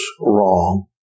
wrong